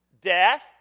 death